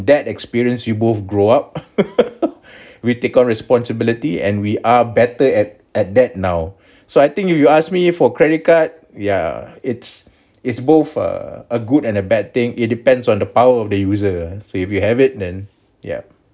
that experience we both grow up we take on responsibility and we are better at at that now so I think if you ask me for credit card yeah it's it's both err a good and a bad thing it depends on the power of the user so if you have it then yup